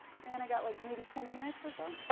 dan, i got like maybe twenty minutes or so,